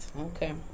Okay